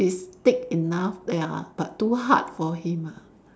is thick enough ya but too hard for him ah